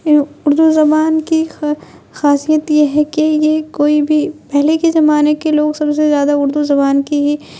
پھر اردو زبان کی خاصیت یہ ہے کہ یہ کوئی بھی پہلے کے زمانے کے لوگ سب سے زیادہ اردو زبان کی ہی